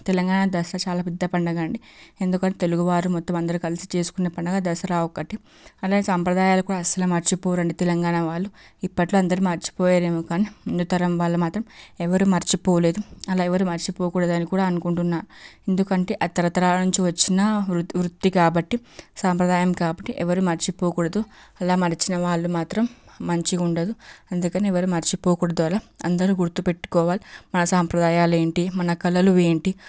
తెలంగాణ దసరా చాలా పెద్ద పండుగ అండి ఎందుకు అంటే తెలుగువారు మొత్తం అందరూ కలిసి చేసుకునే పండుగ దసరా ఒకటి అలాగే సాంప్రదాయాలు కూడా అసలే మరిచి పోరండి తెలంగాణ వాళ్ళు ఇప్పట్లో అందరూ మర్చిపోయారు ఏమో కానీ ముందు తరం వాళ్ళు మాత్రం ఎవరు మరిచి పోలేదు అలా ఎవరూ మరిచి పోకూడదని కూడా అనుకుంటున్నాను ఎందుకు అంటే అది తరతరాల నుంచి వచ్చిన వృత్తి కాబట్టి సాంప్రదాయం కాబట్టి ఎవరూ మర్చిపోకూడదు అలా మరిచిన వాళ్ళు మాత్రం మంచిగా ఉండరు అందుకని ఎవరు మర్చిపోకూడదు అలా అందరూ గుర్తుపెట్టుకోవాలి మన సాంప్రదాయాలు ఏంటి మన కళలు ఏంటి